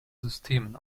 systemen